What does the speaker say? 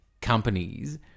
companies